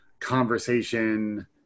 conversation